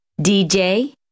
dj